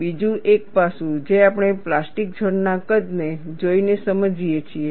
બીજું એક પાસું જે આપણે પ્લાસ્ટિક ઝોન ના કદને જોઈને સમજીએ છીએ